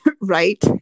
Right